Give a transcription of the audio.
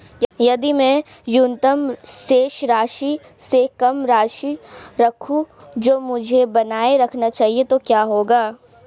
यदि मैं न्यूनतम शेष राशि से कम राशि रखूं जो मुझे बनाए रखना चाहिए तो क्या होगा?